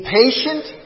patient